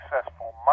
successful